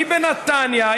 היא בנתניה,